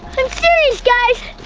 i'm serious guys!